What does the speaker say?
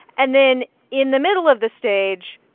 and then in the middle of the stage,